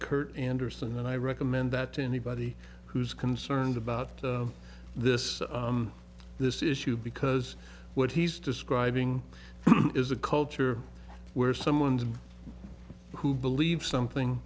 kurt andersen and i recommend that to anybody who's concerned about this this issue because what he's describing is a culture where someone who believes something